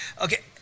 Okay